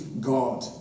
God